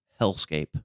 hellscape